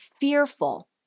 fearful